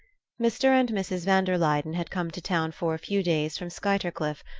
mr. and mrs. van der luyden had come to town for a few days from skuytercliff,